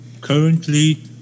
currently